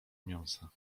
mięsa